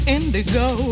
Indigo